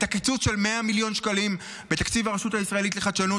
את הקיצוץ של 100 מיליון שקלים בתקציב הרשות הישראלית לחדשנות?